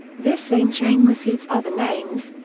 this same chain receives other names,